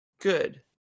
good